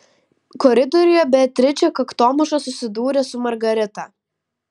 koridoriuje beatričė kaktomuša susidūrė su margarita